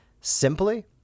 simply